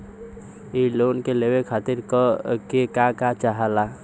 इ लोन के लेवे खातीर के का का चाहा ला?